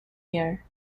year